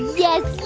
yes,